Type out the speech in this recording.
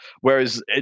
Whereas